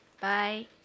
Bye